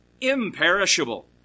imperishable